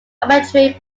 arbitrary